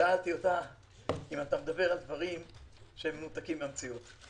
שאלתי אותה אם אתה מדבר על דברים מנותקים מהמציאות.